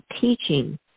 teaching